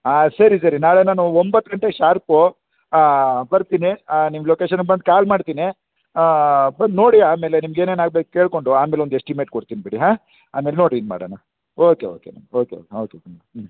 ಆಂ ಸರಿ ಸರಿ ನಾಳೆ ನಾನು ಒಂಬತ್ತು ಗಂಟೆ ಶಾರ್ಪು ಬರ್ತೀನಿ ನಿಮ್ಮ ಲೊಕೇಶನ್ಗೆ ಬಂದು ಕಾಲ್ ಮಾಡ್ತೀನಿ ಬಂದು ನೋಡಿ ಆಮೇಲೆ ನಿಮ್ಗೆ ಏನೇನು ಆಗ್ಬೇಕು ಕೇಳಿಕೊಂಡು ಆಮೇಲೆ ಒಂದು ಎಸ್ಟಿಮೇಟ್ ಕೊಡ್ತೀನಿ ಬಿಡಿ ಹಾಂ ಆಮೇಲೆ ನೋಡಿ ಇದು ಮಾಡೋಣ ಓಕೆ ಓಕೆ ಓಕೆ ಓಕೆ ಹ್ಞೂ ಹ್ಞೂ